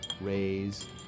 raise